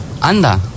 Anda